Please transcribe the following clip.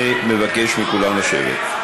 אני מבקש מכולם לשבת.